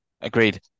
Agreed